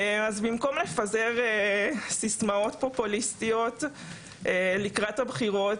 אז במקום לפזר סיסמאות פופוליסטיות לקראת הבחירות,